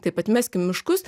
taip atmeskim miškus